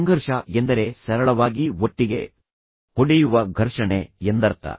ಸಂಘರ್ಷ ಎಂದರೆ ಸರಳವಾಗಿ ಒಟ್ಟಿಗೆ ಹೊಡೆಯುವ ಘರ್ಷಣೆ ಎಂದರ್ಥ